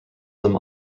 them